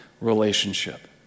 relationship